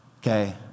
Okay